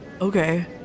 okay